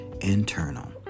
internal